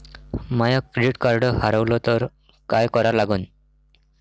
माय credit card हारवलं तर काय करा लागन?